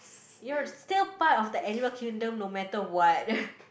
you're still part of the animal kingdom no matter what